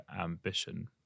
ambition